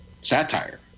satire